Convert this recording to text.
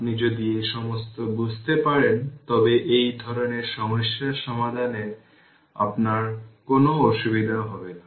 আপনি যদি এই সমস্ত বুঝতে পারেন তবে এই ধরণের সমস্যা সমাধানে আপনার কোনও অসুবিধা হবে না